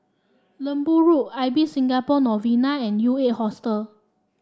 Lembu Road Ibis Singapore Novena and U Eight Hostel